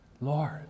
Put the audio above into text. Lord